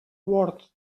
word